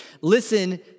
listen